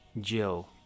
Jill